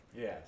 Yes